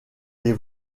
les